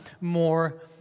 more